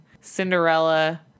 cinderella